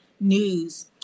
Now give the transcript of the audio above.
news